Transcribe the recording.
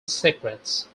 secrets